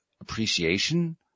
appreciation